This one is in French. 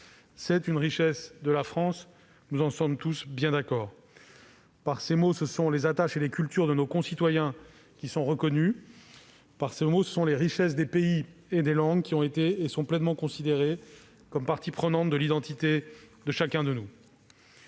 au patrimoine de la France. » Par ces mots, ce sont les attaches et les cultures de nos concitoyens qui sont reconnues. Par ces mots, ce sont les richesses des pays et des langues qui ont été et sont pleinement considérées comme parties prenantes de l'identité de chacun d'entre nous.